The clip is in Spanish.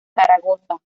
zaragoza